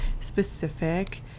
specific